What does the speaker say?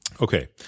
Okay